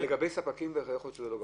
לגבי ספקים יכול להיות שהוא לא גבוה,